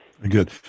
Good